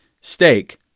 steak